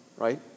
Right